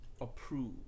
approve